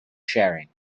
sharing